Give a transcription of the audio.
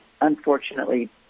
unfortunately